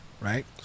right